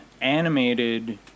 animated